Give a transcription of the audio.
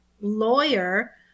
lawyer